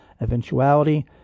eventuality